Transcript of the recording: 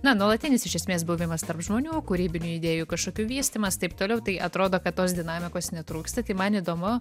na nuolatinis iš esmės buvimas tarp žmonių kūrybinių idėjų kažkokių vystymas taip toliau tai atrodo kad tos dinamikos netrūksta tai man įdomu